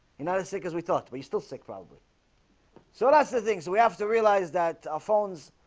united sick as we thought we still sick probably so that's the things we have to realize that ah phones.